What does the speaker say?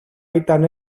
ήταν